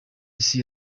isi